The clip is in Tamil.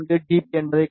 பி என்பதைக் காணலாம்